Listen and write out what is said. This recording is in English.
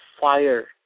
fire